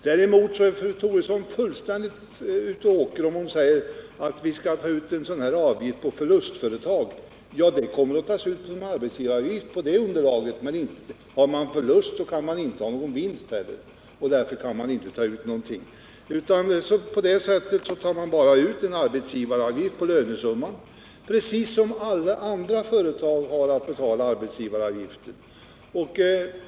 Däremot har fru Troedsson helt fel när hon säger att vi tar ut en sådan avgift när det gäller förlustföretag. Ja, det kommer att tas ut arbetsgivaravgift på lönesumman, men har företaget förlust kan det inte ha någon vinst, och därför kan man inte ta ut någon avgift av det slaget. Man tar alltså bara ut en arbetsgivaravgift på lönesumman, precis som när det gäller alla andra företag som har att betala arbetsgivaravgift.